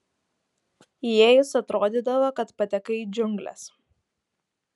įėjus atrodydavo kad patekai į džiungles